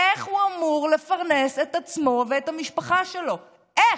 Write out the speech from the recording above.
איך הוא אמור לפרנס את עצמו ואת המשפחה שלו, איך?